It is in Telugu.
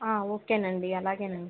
ఓకే అండి అలాగే అండి